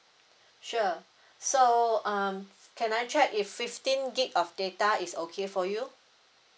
sure so um can I check if fifteen gig of data is okay for you